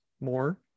more